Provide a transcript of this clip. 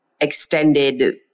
extended